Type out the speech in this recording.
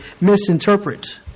misinterpret